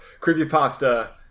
Creepypasta